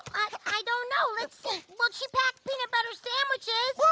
i don't know, let's see. well she packed peanut butter sandwiches.